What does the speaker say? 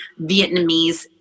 Vietnamese